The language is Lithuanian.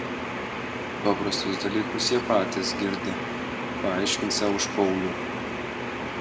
paprastus dalykus jie patys girdi paaiškinsią už paulių